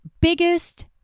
biggest